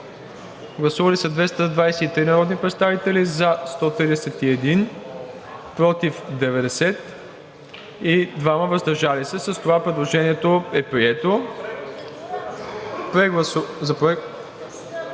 Гласували 228 народни представители: за 128, против 71, въздържали се 29. С това предложението е прието.